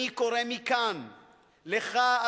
אני קורא מכאן לך,